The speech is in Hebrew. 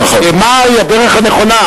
מהי הדרך הנכונה.